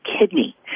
kidney